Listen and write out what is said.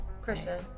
Christian